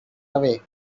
away